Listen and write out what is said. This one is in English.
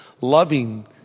loving